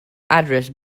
address